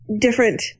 different